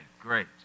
great